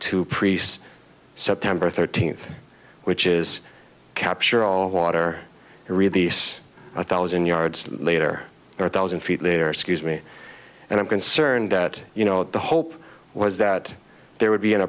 to priests september thirteenth which is capture all water to release one thousand yards later or thousand feet later scuse me and i'm concerned that you know the hope was that there would be an